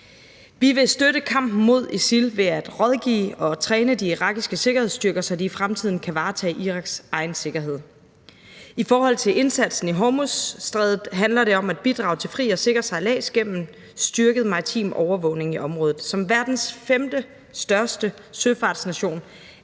Vi vil støtte kampen mod ISIL ved at rådgive og træne de irakiske sikkerhedsstyrker, så de i fremtiden kan varetage Iraks egen sikkerhed. I forhold til indsatsen i Hormuzstrædet handler det om at bidrage til fri og sikker sejlads gennem en styrket maritim overvågning i området. Som verdens femtestørste søfartsnation